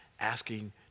asking